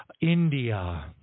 India